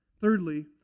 Thirdly